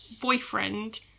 boyfriend